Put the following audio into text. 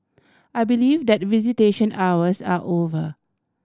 I believe that visitation hours are over